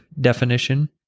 definition